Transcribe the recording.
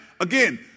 again